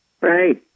Right